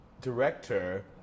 director